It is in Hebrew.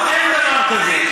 אין דבר כזה.